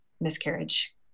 miscarriage